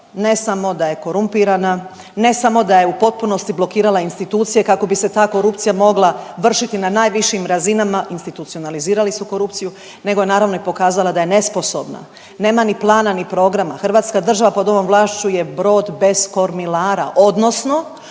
ne samo da je korumpirana, ne samo da je u potpunosti blokirala institucije kako bi se ta korupcija mogla vršiti na najvišim razinama, institucionalizirali su korupciju, nego naravno i pokazala da je nesposobna. Nema ni plana ni programa. Hrvatska država pod ovom vlašću je brod bez kormilara odnosno